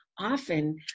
often